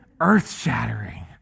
earth-shattering